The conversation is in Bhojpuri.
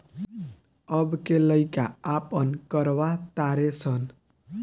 अब के लइका आपन करवा तारे सन